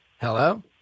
Hello